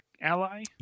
ally